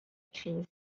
crise